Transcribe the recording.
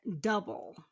double